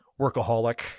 workaholic